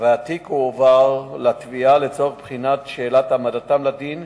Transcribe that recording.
והתיק הועבר לתביעה לצורך בחינת שאלת העמדתם לדין